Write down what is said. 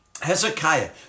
Hezekiah